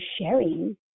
sharing